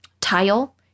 tile